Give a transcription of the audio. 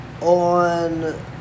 on